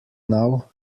now